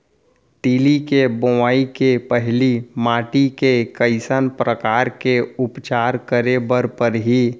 तिलि के बोआई के पहिली माटी के कइसन प्रकार के उपचार करे बर परही?